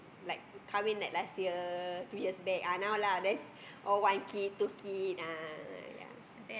all kahwin like last year two years back ah now lah then all one kid two kid ah yea